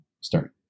start